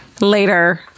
Later